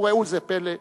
וראו זה פלא,